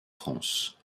france